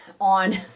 on